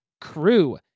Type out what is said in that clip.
Crew